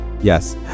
Yes